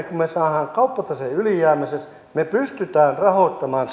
kun me saamme kauppataseen ylijäämäiseksi me pystymme rahoittamaan